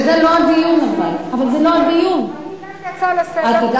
אז אני צודקת.